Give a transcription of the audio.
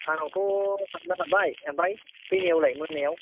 सानावथ' थांनो हाबाय ओमफ्राय फैनायावलाय मोनायाव